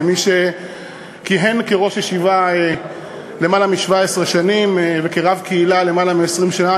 כמי שכיהן כראש ישיבה למעלה מ-17 שנה וכרב קהילה למעלה מ-20 שנה.